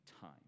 time